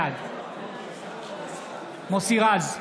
בעד מוסי רז,